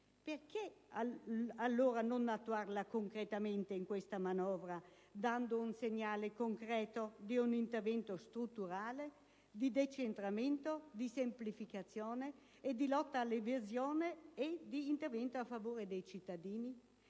Perché allora non attuarla concretamente in questa manovra dando un segnale concreto di un intervento strutturale di decentramento, di semplificazione, di lotta all'evasione fiscale e di intervento a favore dei cittadini?